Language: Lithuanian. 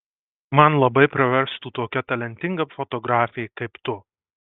man labai praverstų tokia talentinga fotografė kaip tu